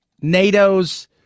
NATO's